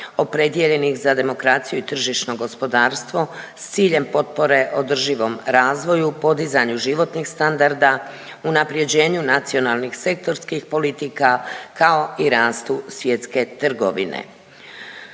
opredijeljenih za demokraciju i tržišno gospodarstvo s ciljem potpore održivom razvoju, podizanju životnih standarda, unaprjeđenju nacionalnih sektorskih politika kao i rastu svjetske trgovine.